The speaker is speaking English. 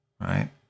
right